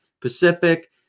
Pacific